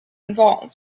involved